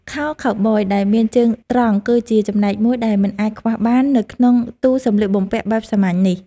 ខោខូវប៊យដែលមានជើងត្រង់ គឺជាចំណែកមួយដែលមិនអាចខ្វះបាននៅក្នុងទូសម្លៀកបំពាក់បែបសាមញ្ញនេះ។